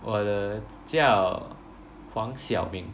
我的叫黄晓明